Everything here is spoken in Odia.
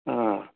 ହଁ